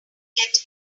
get